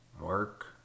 work